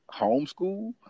homeschool